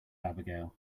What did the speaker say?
abigail